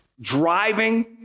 Driving